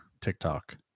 TikTok